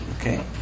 Okay